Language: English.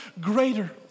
greater